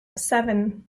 seven